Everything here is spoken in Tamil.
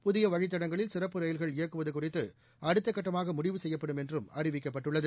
புதிய வழித்தடங்களில் சிறப்பு ரயில்கள் இயக்குவது குறித்து அடுத்தகட்டமாக முடிவு செய்யப்படும் என்று அறிவிக்கப்பட்டுள்ளது